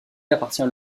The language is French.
appartient